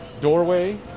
doorway